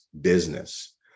business